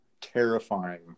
terrifying